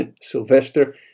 Sylvester